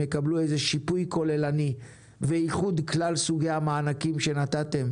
יקבלו איזה שיפוי כוללני ואיחוד כלל סוגי המענקים שנתתם